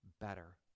better